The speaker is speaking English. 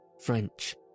French